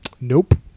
nope